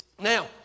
Now